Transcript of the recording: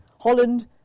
holland